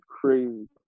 crazy